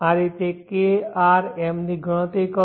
આ રીતે K R M ની ગણતરી કરો